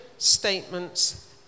statements